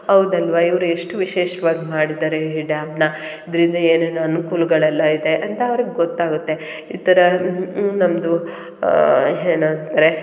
ಹೌದಲ್ವಾ ಇವ್ರು ಎಷ್ಟು ವಿಶೇಷ್ವಾಗಿ ಮಾಡಿದ್ದಾರೆ ಈ ಡ್ಯಾಮನ್ನ ಇದರಿಂದ ಏನೇನು ಅನುಕೂಲಗಳೆಲ್ಲ ಇದೆ ಅಂತ ಅವ್ರಿಗೆ ಗೊತ್ತಾಗುತ್ತೆ ಈ ಥರ ನಮ್ಮದು ಏನ್ ಅಂತಾರೆ